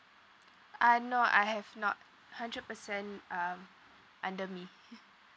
uh no I've not hundred percent um under me